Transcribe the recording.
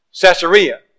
Caesarea